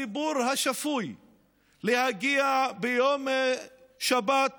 אבל להגיד לכם את האמת,